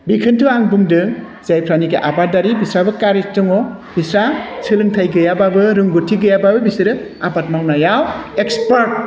बेखौनोथ' आं बुंदों जायफ्रानाखि आबादारि बिस्राबो कारेज दङ बिस्रा सोलोंथाइ गैयाबाबो रोंगौथि गैयाबाबो बिसोरो आबाद मावनायाव एक्सपार्ट